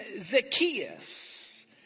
Zacchaeus